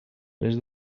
les